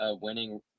winning